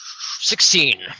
Sixteen